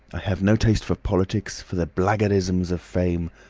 i have no taste for politics, for the blackguardisms of fame,